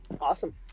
Awesome